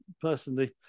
personally